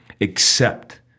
accept